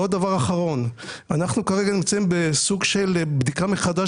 אנחנו כרגע נמצאים בסוג של בדיקה מחדש